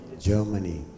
Germany